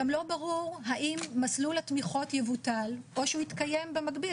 גם לא ברור האם מסלול התמיכות יבוטל או שהוא יתקיים במקביל.